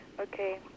okay